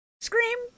Scream